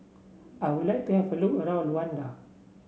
I would like to have a look around Luanda